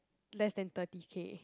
less than thirty K